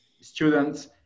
students